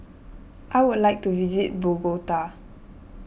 I would like to visit Bogota